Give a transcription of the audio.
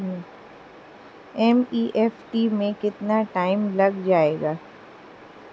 NEFT में कितना time लग जाएगा?